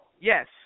Yes